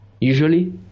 Usually